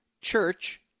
church